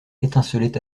étincelait